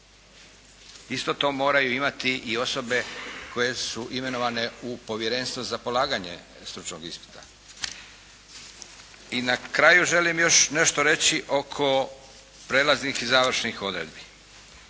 Isto to moraju imati i osobe koje su imenovane u Povjerenstvo za polaganje stručnog ispita. I na kraju želim još nešto reći oko prelaznih i završnih odredbi.